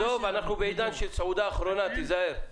עזוב, אנחנו בעניין של "סעודה אחרונה", תיזהר.